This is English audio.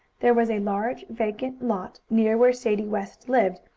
there was a large vacant lot, near where sadie west lived,